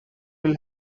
will